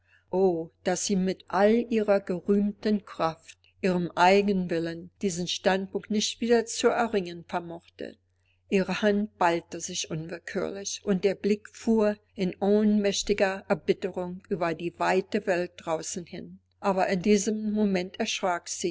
o daß sie mit all ihrer gerühmten kraft ihrem eigenwillen diesen standpunkt nicht wieder zu erringen vermochte ihre hand ballte sich unwillkürlich und ihr blick fuhr in ohnmächtiger erbitterung über die weite welt draußen hin aber in diesem moment